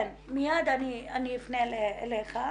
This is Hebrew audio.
מיד אני אפנה אליך,